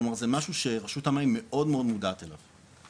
כלומר זה משהו שרשות המים מאוד מאוד מודעת אליו.